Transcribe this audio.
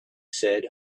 said